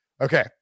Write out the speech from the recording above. Okay